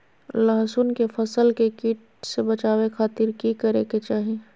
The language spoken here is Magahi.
लहसुन के फसल के कीट से बचावे खातिर की करे के चाही?